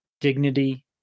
dignity